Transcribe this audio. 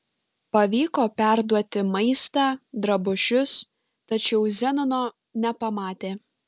pavyko perduoti maistą drabužius tačiau zenono nepamatė